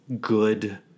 good